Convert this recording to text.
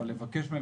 אבל צריך לבקש מהם